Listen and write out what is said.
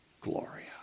Gloria